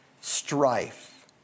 Strife